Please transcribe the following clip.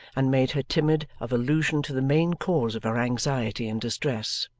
and made her timid of allusion to the main cause of her anxiety and distress.